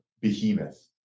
behemoth